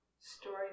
story